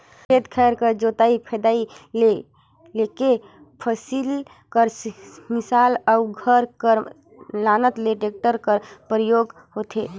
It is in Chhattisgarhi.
खेत खाएर कर जोतई फदई ल लेके फसिल कर मिसात अउ घर कर लानत ले टेक्टर कर परियोग होथे